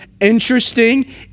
interesting